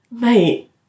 mate